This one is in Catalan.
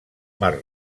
mar